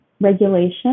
regulation